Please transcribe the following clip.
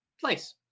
place